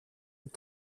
από